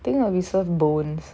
then I'll be served bones